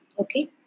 Okay